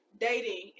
dating